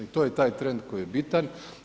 I to je taj trend koji je bitan.